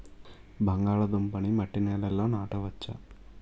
బంగాళదుంప నీ మట్టి నేలల్లో నాట వచ్చా?